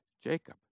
Jacob